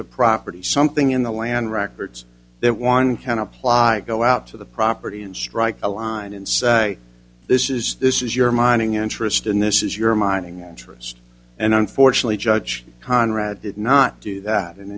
the property something in the land records that one can apply go out to the property and strike a line and say this is this is your mining interest in this is your mining interest and unfortunately judge conrad did not do that and